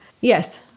Yes